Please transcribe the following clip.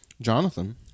Jonathan